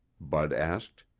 bud asked.